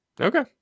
Okay